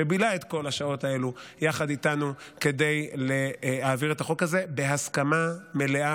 שבילה את כל השעות האלה יחד איתנו כדי להעביר את החוק הזה בהסכמה מלאה,